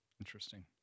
Interesting